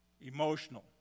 emotional